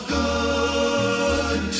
good